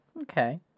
Okay